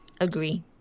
Agree